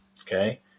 Okay